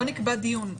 לא נקבע דיון.